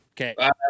Okay